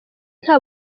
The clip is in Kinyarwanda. nta